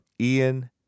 Ian